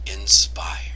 Inspire